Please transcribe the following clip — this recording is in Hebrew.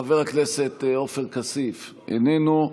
חבר הכנסת עפר כסיף, איננו.